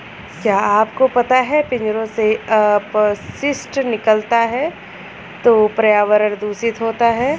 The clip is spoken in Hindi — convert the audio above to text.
क्या आपको पता है पिंजरों से अपशिष्ट निकलता है तो पर्यावरण दूषित होता है?